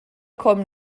cwm